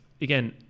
Again